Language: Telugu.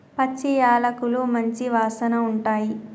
పచ్చి యాలకులు మంచి వాసన ఉంటాయి